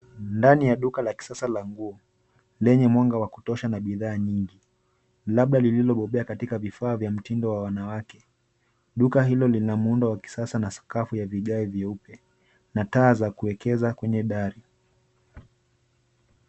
Ndani ya duka la kisasa lenye mwanga wa kutosha na nguo nyingi, labda lililobobea katika vifaa vya mtindo wa wanawake. Duka hilo lina muundo wa kisasa, na sakafu ya vigae vyeupe, na taa za kuwekeza kwenye dari.